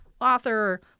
author